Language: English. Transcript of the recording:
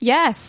Yes